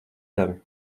tavi